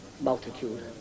multitude